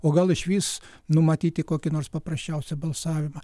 o gal išvis numatyti kokį nors paprasčiausią balsavimą